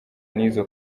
n’izo